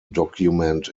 document